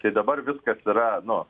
tai dabar viskas yra nu